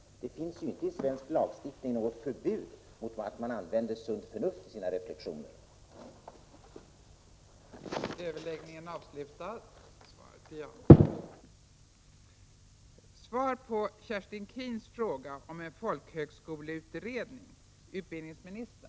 Det finns ju inte i svensk lagstiftning något Prot. 1987/88:62 förbud mot att man använder sunt förnuft i sina reflexioner. 4 februari 1988